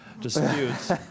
disputes